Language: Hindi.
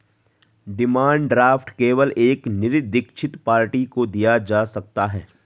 डिमांड ड्राफ्ट केवल एक निरदीक्षित पार्टी को दिया जा सकता है